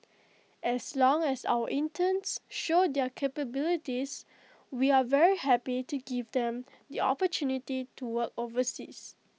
as long as our interns show their capabilities we are very happy to give them the opportunity to work overseas